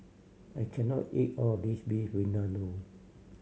I can not eat all of this Beef Vindaloo